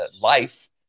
life